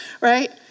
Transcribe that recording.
right